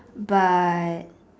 but